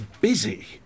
busy